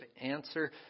answer